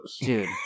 Dude